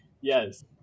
Yes